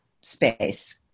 space